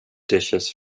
dishes